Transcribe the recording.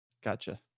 Gotcha